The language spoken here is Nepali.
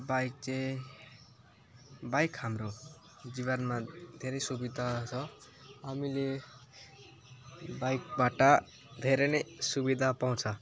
बाइक चाहिँ बाइक हाम्रो जीवनमा धेरै सुविधा छ हामीले बाइकबाट धेरै नै सुविधा पाउँछ